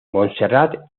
montserrat